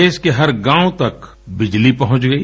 देश के हर गाँव तक बिजली पहुँच गई